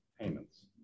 payments